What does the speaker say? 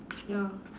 ya